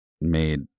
made